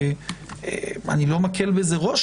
ואני לא מקל בזה ראש,